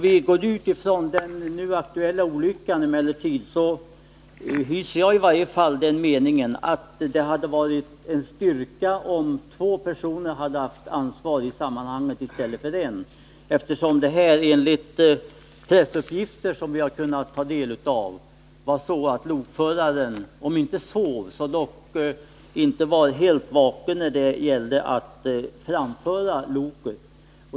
I fråga om den nu aktuella olyckan hyser jag den meningen att det hade varit en styrka om två personer i stället för en hade haft ansvaret på det tåget, eftersom det enligt de pressuppgifter som vi har kunnat ta del av var så att lokföraren om inte sov så dock inte var helt vaken när det gällde att framföra loket.